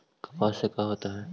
कपास से का होता है?